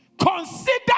consider